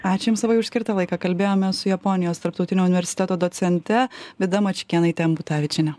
ačiū jums labai už skirtą laiką kalbėjomės su japonijos tarptautinio universiteto docente vida mačiukėnaite ambutavičiene